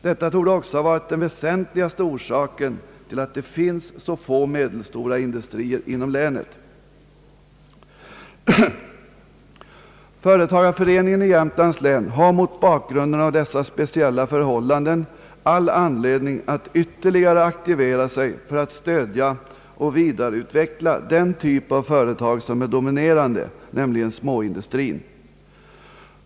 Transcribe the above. Detta torde också ha varit den väsentligaste orsaken till att det finns så få medelstora industrier inom länet. Företagareföreningen i Jämtlands län har mot bakgrunden av de speciella förhållandena i länet all anledning att ytterligare aktivera sig för att stödja och vidareutveckla den typ av företag som är dominerande, nämligen småindustrin.